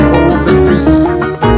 overseas